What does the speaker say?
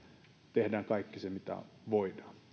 tehdään kaikki se mitä voidaan